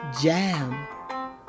jam